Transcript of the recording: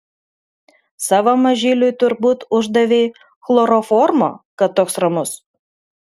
savo mažyliui turbūt uždavei chloroformo kad toks ramus